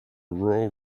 rural